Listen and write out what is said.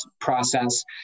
process